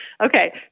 Okay